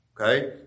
Okay